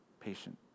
patient